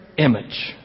image